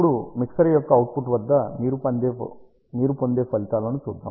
ఇప్పుడు మిక్సర్ యొక్క అవుట్పుట్ వద్ద మీరు పొందే ఫలితాలను చూద్దాం